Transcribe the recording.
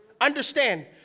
Understand